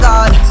God